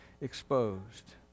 exposed